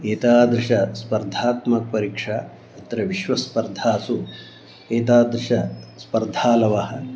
एतादृशस्पर्धात्मकपरीक्षासु अत्र विश्वस्पर्धासु एतादृशाः स्पर्धालवः